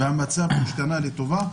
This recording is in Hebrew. והמצב לא השתנה לטובה,